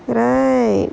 right